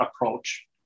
approach